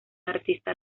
artista